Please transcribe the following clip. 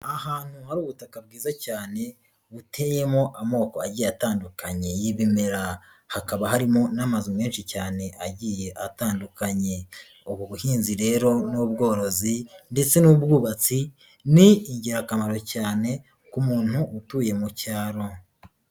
Ahantu hari ubutaka bwiza cyane buteyemo amoko agiye atandukanye y'ibimera, hakaba harimo n'amazu menshi cyane agiye atandukanye, ubu buhinzi rero n'ubworozi ndetse n'ubwubatsi ni ingirakamaro cyane ku muntu utuye mu cyaro.